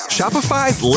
Shopify's